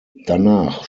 danach